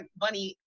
bunny